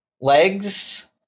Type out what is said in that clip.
legs